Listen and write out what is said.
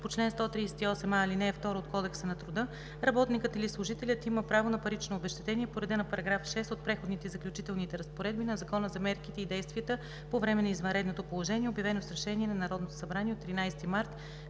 по чл. 138а, ал. 2 от Кодекса на труда, работникът или служителят има право на парично обезщетение по реда на § 6 от преходните и заключителните разпоредби на Закона за мерките и действията по време на извънредното положение, обявено с решение на Народното събрание от 13 март